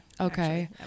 Okay